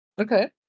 Okay